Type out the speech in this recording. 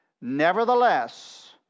Nevertheless